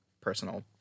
personal